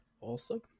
Awesome